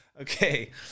Okay